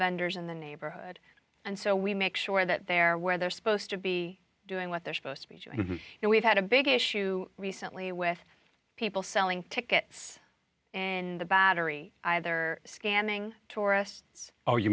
vendors in the neighborhood and so we make sure that they're where they're supposed to be doing what they're supposed to be and we've had a big issue recently with people selling tickets in the battery either scamming tourists or you